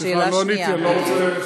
הגרעינים, לא עניתי על הגרעין.